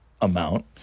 amount